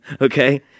okay